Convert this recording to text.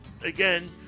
again